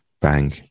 bang